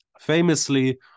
Famously